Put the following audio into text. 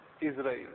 Israel